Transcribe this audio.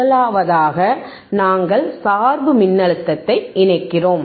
முதலாவதாக நாங்கள் சார்பு மின்னழுத்தத்தை இணைக்கிறோம்